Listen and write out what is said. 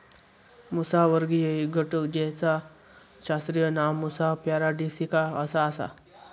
मुसावर्गीय एक घटक जेचा शास्त्रीय नाव मुसा पॅराडिसिका असा आसा